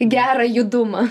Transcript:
gerą judumą